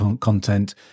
content